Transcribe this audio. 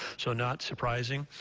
so not surprising.